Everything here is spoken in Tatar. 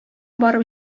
барып